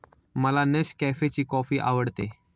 मला नेसकॅफेची कॉफी आवडते